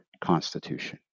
Constitution